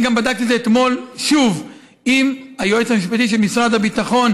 אני גם בדקתי את זה אתמול שוב עם היועץ המשפטי של משרד הביטחון,